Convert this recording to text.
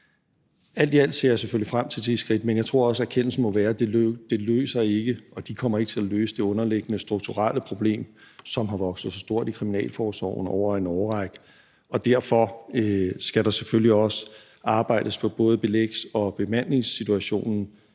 Alt i alt ser jeg selvfølgelig frem til de skridt, men jeg tror også, erkendelsen må være, at det ikke løser og ikke kommer til at løse det underliggende strukturelle problem, som har vokset sig stort i kriminalforsorgen over en årrække, og derfor skal der selvfølgelig også arbejdes for belægnings- og bemandingssituationen